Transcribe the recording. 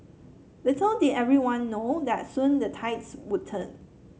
little did everyone know that soon the tides would turn